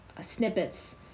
snippets